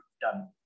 done